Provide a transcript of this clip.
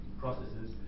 processes